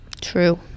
true